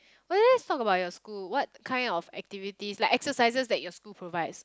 well let's talk about your school what kind of activities like exercises that your school provides